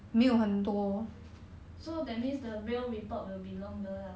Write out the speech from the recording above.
so that means the real report will be longer lah